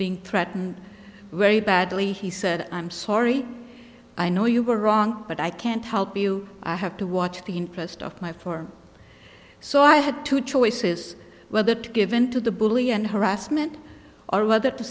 being threatened very badly he said i'm sorry i know you were wrong but i can't help you i have to watch the interest of my four so i had two choices whether to give in to the bullying and harassment or whether to